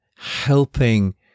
helping